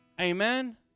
Amen